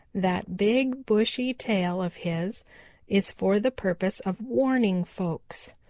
that big, bushy tail of his is for the purpose of warning folks.